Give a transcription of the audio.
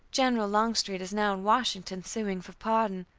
general longstreet is now in washington, sueing for pardon,